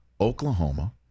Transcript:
oklahoma